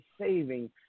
saving